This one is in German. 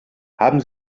haben